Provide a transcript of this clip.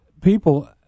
People